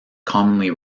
commonly